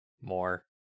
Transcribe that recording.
more